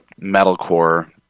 metalcore